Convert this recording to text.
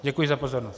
Děkuji za pozornost.